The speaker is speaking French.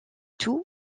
tous